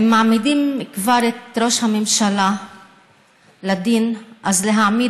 אם מעמידים כבר את ראש הממשלה לדין אז להעמיד